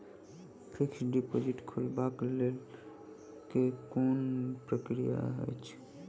Fixed deposit खोलबाक लेल केँ कुन प्रक्रिया अछि?